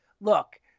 look